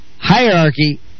hierarchy